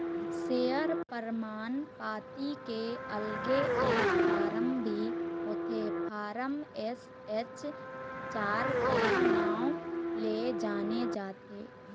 share परमान पाती के अलगे एक फारम भी होथे फारम एस.एच चार के नांव ले जाने जाथे